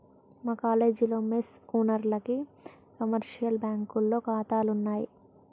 మా కాలేజీలో మెస్ ఓనర్లకి కమర్షియల్ బ్యాంకులో ఖాతాలున్నయ్